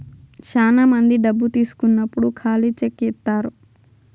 శ్యానా మంది డబ్బు తీసుకున్నప్పుడు ఖాళీ చెక్ ఇత్తారు